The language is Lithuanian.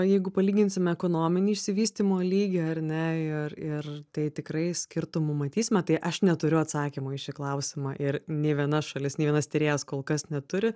jeigu palyginsime ekonominį išsivystymo lygį ar ne ir ir tai tikrai skirtumų matysime tai aš neturiu atsakymo į šį klausimą ir nė viena šalis nė vienas tyrėjas kol kas neturi